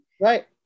Right